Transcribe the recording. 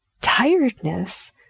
tiredness